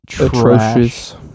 atrocious